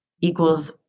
equals